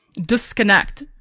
disconnect